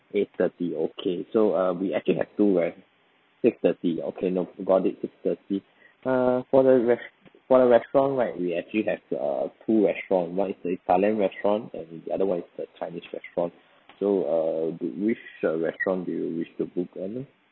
eight thirty okay so uh we actually have two right six thirty okay no got it six thirty uh for the res~ for the restaurant right we actually have uh two restaurant one is the italian restaurant and the other [one] is the chinese restaurant so uh do which uh restaurant do you wish to book